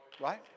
Right